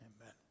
Amen